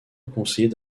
conseiller